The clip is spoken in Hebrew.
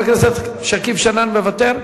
חבר הכנסת שכיב שנאן, מוותר?